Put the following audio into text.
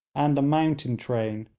and a mountain train,